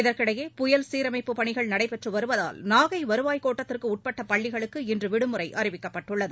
இதற்கிடையே புயல் சீரமைப்புப் பணிகள் நடைபெற்றுவருவதால் நாகைவருவாய் கோட்டத்திற்குஉட்பட்டபள்ளிகளுக்குஇன்றுவிடுமுறைஅறிவிக்கப்பட்டுள்ளது